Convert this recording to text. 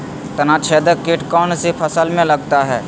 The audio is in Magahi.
तनाछेदक किट कौन सी फसल में लगता है?